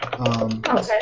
Okay